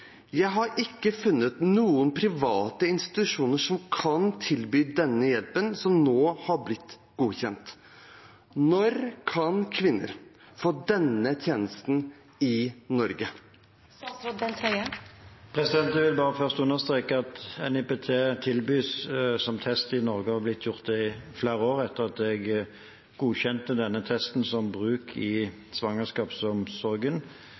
Jeg har ikke funnet noen private institusjoner som kan og vil tilby denne hjelpen som nå har blitt godkjent. Når kan kvinner få denne tjenesten i Norge?» Jeg vil bare først understreke at NIPT tilbys som test i Norge og har blitt gjort det i flere år, etter at jeg godkjente denne testen for bruk